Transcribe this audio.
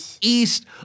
east